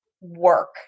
work